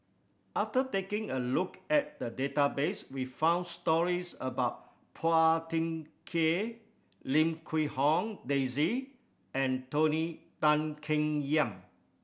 after taking a look at the database we found stories about Phua Thin Kiay Lim Quee Hong Daisy and Tony Tan Keng Yam